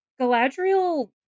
Galadriel